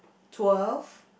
twelve